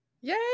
Yay